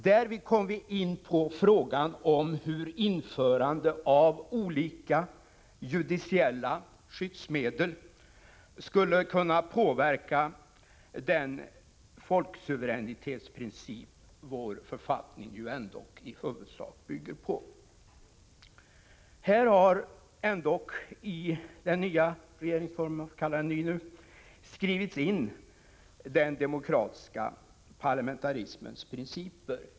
Därmed kom vi in på frågan om hur införande av olika judiciella skyddsmedel skulle kunna påverka den folksuveränitetsprincip som vår författning ändå i huvudsak bygger på. Här har ändock i den nya regeringsformen skrivits in den demokratiska parlamentarismens princip.